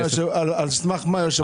על סמך מה יושב-ראש הכנסת אישר?